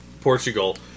Portugal